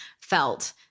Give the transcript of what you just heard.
felt